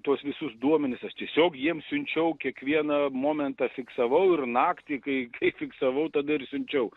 tuos visus duomenis aš tiesiog jiem siunčiau kiekvieną momentą fiksavau ir naktį kai kai fiksavau tada ir siunčiau